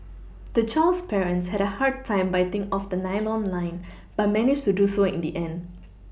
the child's parents had a hard time biting off the nylon line but managed to do so in the end